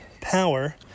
power